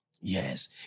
Yes